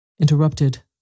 interrupted